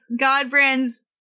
Godbrand's